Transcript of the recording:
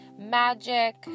magic